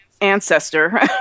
ancestor